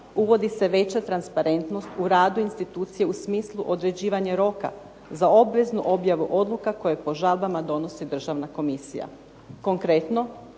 uvodi se veća transparentnost u radu institucije u smislu određivanja roka za obveznu objavu odluka koje po žalbama donosi državna komisija. Konkretno